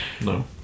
No